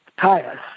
tires